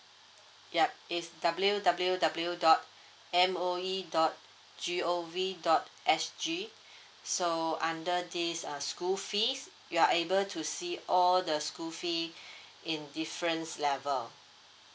ya it's W W W dot M_O_E dot G O V dot S_G so under this uh school fees you are able to see all the school fee in different level